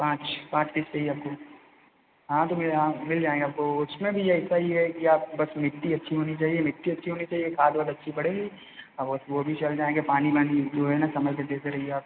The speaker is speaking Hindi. पाँच पाँच पीस चाहिए आपको हाँ तो मेरे यहाँ मिल जाएँगे आपको उसमें भी ऐसा ही है कि आप बस मिट्टी अच्छी होनी चाहिए मिट्टी अच्छी होनी चाहिए खाद वाद अच्छी पड़े और बस वह भी चल जाएँगे पानी वानी जो है ना समय से देते रहिए आप